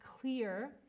clear